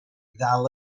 ddal